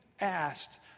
asked